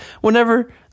whenever